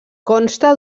consta